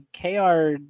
KR